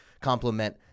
complement